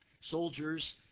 soldiers